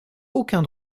aucun